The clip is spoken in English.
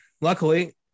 Luckily